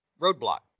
Roadblock